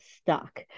stuck